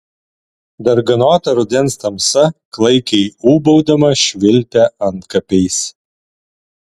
darganota rudens tamsa klaikiai ūbaudama švilpia antkapiais